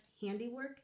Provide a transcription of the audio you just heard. handiwork